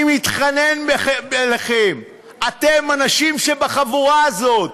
אני מתחנן אליכם, אתן, הנשים שבחבורה הזאת: